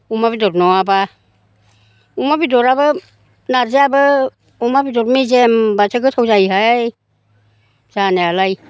अमा बेदर नङाबा अमा बेदरआबो नारजियाबो अमा बेदर मेजेमबासो गोथाव जायोहाय जानायालाय